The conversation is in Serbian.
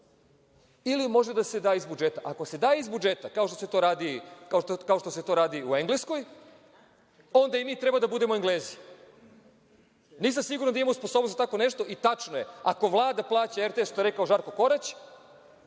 ili može da se da iz budžeta, kao što se to radi u Engleskoj, onda i mi treba da budemo Englezi. Nisam sigura da imamo sposobnost za tako nešto i tačno je, ako Vlada plaća RTS, što je rekao Žarko Korać,